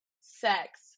sex